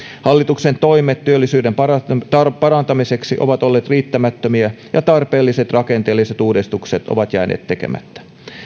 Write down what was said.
hallituksen toimet työllisyyden parantamiseksi ovat olleet riittämättömiä ja tarpeelliset rakenteelliset uudistukset ovat jääneet tekemättä